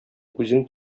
үзең